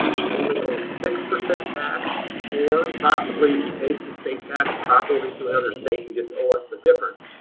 you only owe six percent tax or possibly, if you paid some state tax properly to another state, you just owe us the difference.